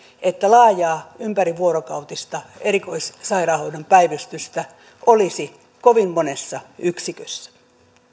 että laajaa ympärivuorokautista erikoissairaanhoidon päivystystä olisi kovin monessa yksikössä